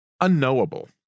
unknowable